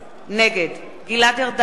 נגד גלעד ארדן,